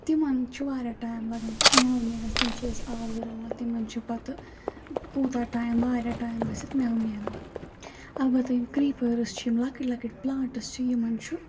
تِمَن چھُ وارِیاہ ٹایم لَگان پَتہٕ مٮ۪وٕ نیرنَس تِم چھِ أسۍ آز رَوان تِمَن چھِ پَتہٕ کوٗتاہ ٹایِم وارِیاہ ٹایم گٔژھِتھ مٮ۪وٕ نیران اَلبَتہ یِم کِریٖپٲرٕس چھِ یِم لَکٕٹۍ لَکٕٹۍ پٕلانٛٹٕس چھِ یِمَن چھُ